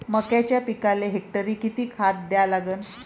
मक्याच्या पिकाले हेक्टरी किती खात द्या लागन?